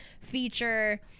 feature